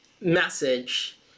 message